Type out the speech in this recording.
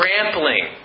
trampling